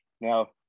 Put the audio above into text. Now